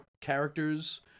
characters